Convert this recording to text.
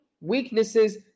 weaknesses